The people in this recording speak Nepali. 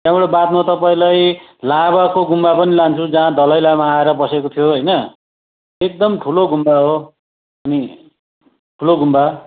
त्यहाँबाट बादमा तपाईँलाई लाभाको गुम्बा पनि लान्छु जहाँ दलाई लामा आएर बसेको थियो होइन एकदम ठुलो गुम्बा हो अनि ठुलो गुम्बा